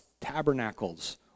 tabernacles